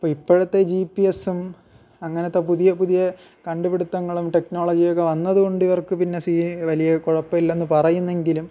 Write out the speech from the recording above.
അപ്പം ഇപ്പോഴത്തെ G P എസ്സും അങ്ങനത്തെ പുതിയ പുതിയ കണ്ടുപിടുത്തങ്ങളും ടെക്നോളജിയൊക്കെ വന്നതുകൊണ്ടിവർക്ക് പിന്നെ സീന് വലിയ കുഴപ്പമില്ലെന്ന് പറയുന്നെങ്കിലും